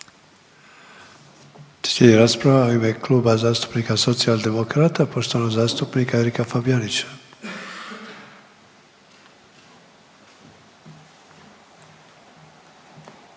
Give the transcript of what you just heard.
Slijedi rasprava u ime Kluba zastupnika Socijaldemokrata poštovanog zastupnika Erika Fabijanića.